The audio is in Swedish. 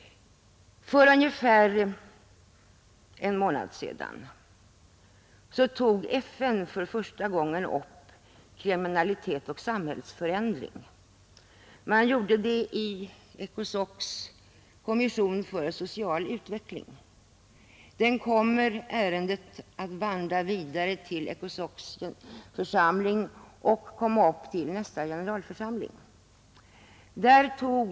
För ungefär en månad sedan tog FN för första gången upp ämnet kriminalitet och samhällsförändring. Det skedde i ECOSOC:s kommission för social utveckling. Ärendet vandrar sedan vidare till ECOSOC:s församling och kommer upp vid generalförsamlingens nästa session.